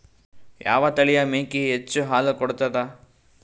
ಯಾವ ತಳಿಯ ಮೇಕಿ ಹೆಚ್ಚ ಹಾಲು ಕೊಡತದ?